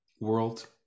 world